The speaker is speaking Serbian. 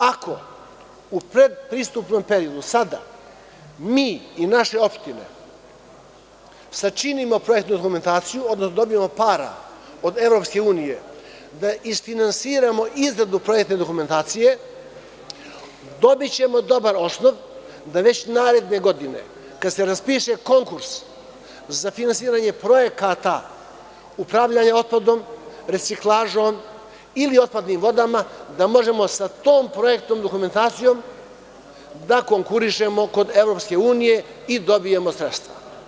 Ako u predpristupnom periodu sada mi i naše opštine sačinimo projektnu dokumentaciju, dobijemo pare od EU da isfinansiramo izradu projektne dokumentacije, dobićemo dobar osnov da već naredne godine, kada se raspiše konkurs za finansiranje projekata upravljanja otpadom, reciklažom ili otpadnim vodama, da možemo sa tom projektnom dokumentacijom da konkurišemo kod EU i dobijemo sredstva.